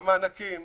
המענקים